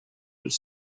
with